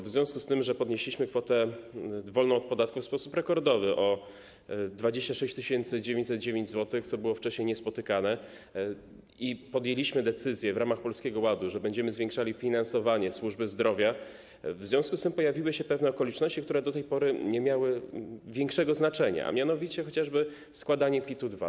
W związku z tym, że podnieśliśmy kwotę wolną od podatku w sposób rekordowy, o 26 909 zł, co było wcześniej niespotykane, i podjęliśmy decyzję w ramach Polskiego Ładu, że będziemy zwiększali finansowanie służby zdrowia, pojawiły się pewne okoliczności, które do tej pory nie miały większego znaczenia, chociażby kwestia składania PIT-2.